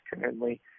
currently